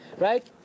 right